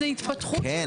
כן,